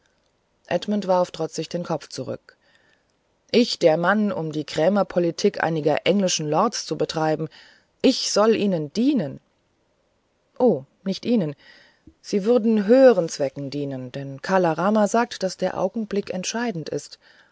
edmund warf trotzig den kopf zurück ich der mann um die krämerpolitik einiger englischen lords zu betreiben ich sollte ihnen dienen o nicht ihnen sie würden höheren zwecken dienen denn kala rama sagt daß der augenblick entscheidend ist